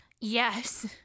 Yes